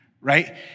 right